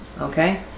Okay